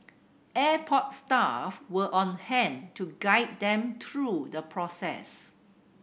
airport staff were on hand to guide them through the process